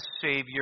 Savior